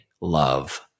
love